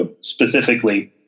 specifically